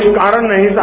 कोई कारण नही था